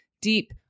deep